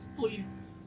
please